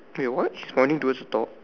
wait what he's running towards a dog